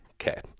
okay